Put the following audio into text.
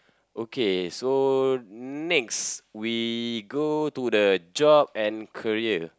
okay so next we go to the job and career